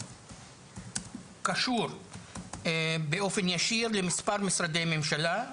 קשור באופן ישיר למספר משרדי ממשלה,